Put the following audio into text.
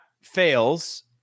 fails